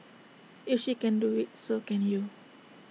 if she can do IT so can you